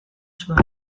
zuen